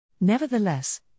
Nevertheless